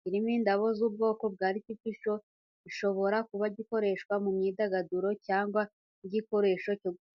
kirimo indabo z’ubwoko bwa artificiel, gishobora kuba gikoreshwa mu myidagaduro cyangwa nk’igikoresho cyo gutaka.